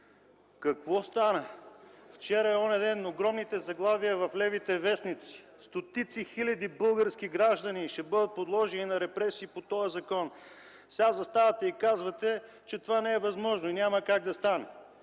Какво стана? Вчера и онзи ден огромни заглавия в левите вестници: „Стотици хиляди български граждани ще бъдат подложени на репресии по този закон”. Сега заставате и казвате, че това не е възможно и няма как да стане.